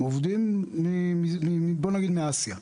עובדים מאסיה.